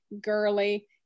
girly